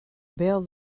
bail